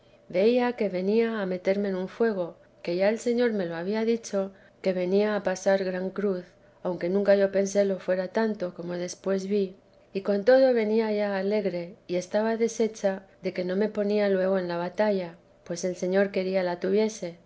veía que venía a meterme en un fuego que ya el señor me lo había dicho que venía a pasar gran cruz aunque nunca yo pensé lo fuera tanto como después vi y con todo venía ya alegre y estaba deshecha de que no me ponía luego en la batalla pues el señor quería la tuviese